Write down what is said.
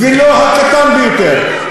ולו הקטן ביותר,